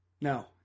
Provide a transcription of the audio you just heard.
No